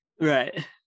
Right